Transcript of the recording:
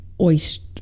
oyster